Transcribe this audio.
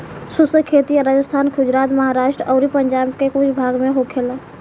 शुष्क खेती राजस्थान, गुजरात, महाराष्ट्र अउरी पंजाब के कुछ भाग में होखेला